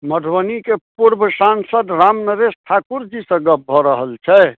मधुबनीके पूर्व सांसद रामनरेश ठाकुर जीसँ गप्प भऽ रहल छै